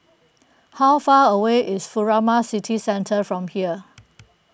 how far away is Furama City Centre from here